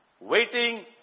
waiting